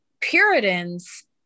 Puritans